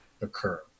occur